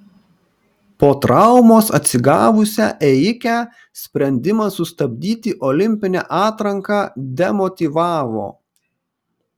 po traumos atsigavusią ėjikę sprendimas sustabdyti olimpinę atranką demotyvavo